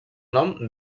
nom